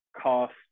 cost